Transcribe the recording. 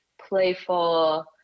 playful